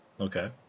Okay